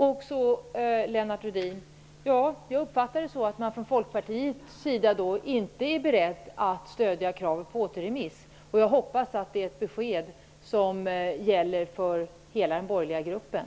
Jag uppfattar det så, Lennart Rohdin, att man från Folkpartiets sida inte är beredd att stödja kravet på återremiss. Jag hoppas att det är ett besked som gäller för hela den borgerliga gruppen.